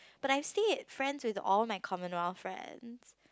but I stay friends with all my Commonwealth friends